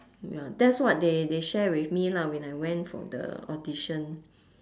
ya that's what they they share with me lah when I went for the audition